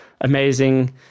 amazing